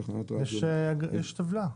יש טבלה.